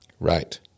Right